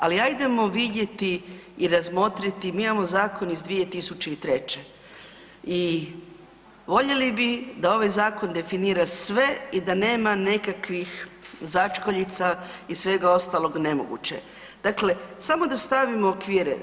Ali ajdemo vidjeti i razmotriti, mi imamo zakon iz 2003. i voljeli bi da ovaj zakon definira sve i da nema nekakvih začkoljica i svega ostalog nemoguće, dakle samo da stavimo okvire.